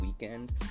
weekend